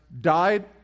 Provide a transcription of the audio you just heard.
died